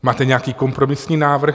Máte nějaký kompromisní návrh?